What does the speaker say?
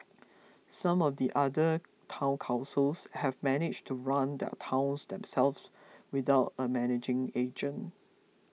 some of the other Town Councils have managed to run their towns themselves without a managing agent